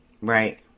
Right